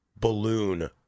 balloon